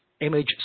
image